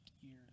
years